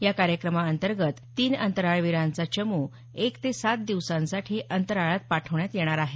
या कार्यक्रमाअंतर्गत तीन अंतराळवीरांचा चमू एक ते सात दिवसांसाठी अंतराळात पाठवण्यात येणार आहे